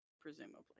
presumably